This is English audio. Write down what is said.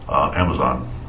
Amazon